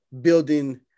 building